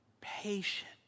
patience